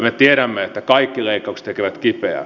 me tiedämme että kaikki leikkaukset tekevät kipeää